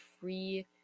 free